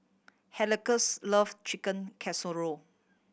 love Chicken Casserole